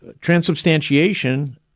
transubstantiation